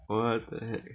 what the heck